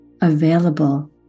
available